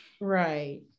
right